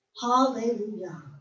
Hallelujah